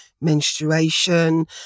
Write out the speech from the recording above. menstruation